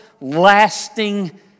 lasting